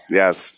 yes